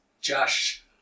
Josh